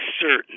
certain